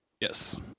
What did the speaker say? Yes